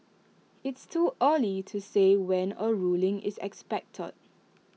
it's too early to say when A ruling is expected